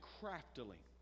craftily